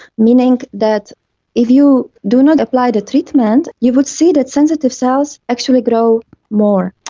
meaning that if you do not apply the treatment you would see that sensitive cells actually grow more.